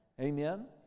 Amen